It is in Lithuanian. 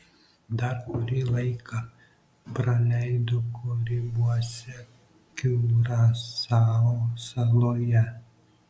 dar kurį laiką praleido karibuose kiurasao saloje